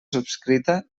subscrita